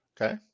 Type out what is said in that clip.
Okay